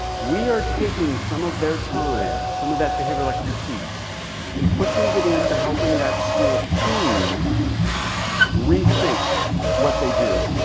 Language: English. we are taking some of their time some of that behavioral expertise and pushing it into helping that school team re-think what they do.